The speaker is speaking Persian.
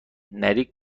نری